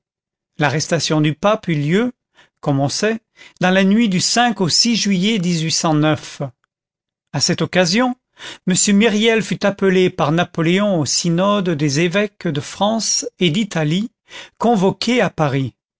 l'arrestation du pape eut lieu comme on sait dans la nuit du au juillet à cette occasion m myriel fut appelé par napoléon au synode des évêques de france et d'italie convoqué à paris